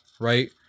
right